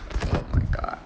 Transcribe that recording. oh my god